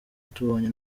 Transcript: tubonye